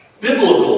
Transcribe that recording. Biblical